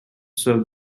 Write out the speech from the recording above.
serve